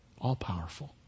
all-powerful